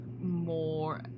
more